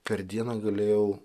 per dieną galėjau